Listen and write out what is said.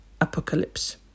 apocalypse